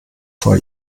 vor